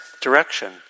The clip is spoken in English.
direction